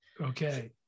Okay